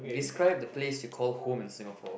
describe the place you call home in Singapore